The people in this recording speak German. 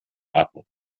atmung